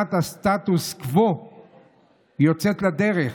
לבחינת הסטטוס קוו יוצאת לדרך,